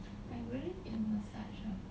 angry